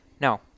No